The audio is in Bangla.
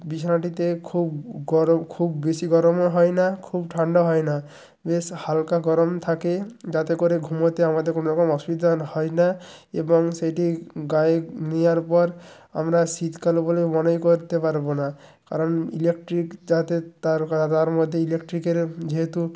বিছানাটিতে খুব গরম খুব বেশি গরমও হয় না খুব ঠান্ডা হয় না বেশ হালকা গরম থাকে যাতে করে ঘুমোতে আমাদের কোনো রকম অসুবিধা হয় না এবং সেটি গায়ে নেওয়ার পর আমরা শীতকাল বলে মনেই করতে পারব না কারণ ইলেকট্রিক যাতে তার মধ্যে ইলেকট্রিকের যেহেতু